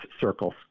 circles